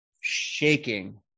shaking